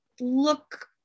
look